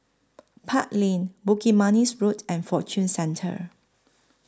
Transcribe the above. Park Lane Bukit Manis Road and Fortune Centre